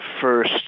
first